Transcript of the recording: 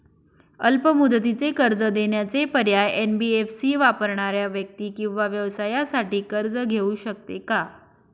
अल्प मुदतीचे कर्ज देण्याचे पर्याय, एन.बी.एफ.सी वापरणाऱ्या व्यक्ती किंवा व्यवसायांसाठी कर्ज घेऊ शकते का?